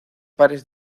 pares